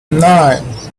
nine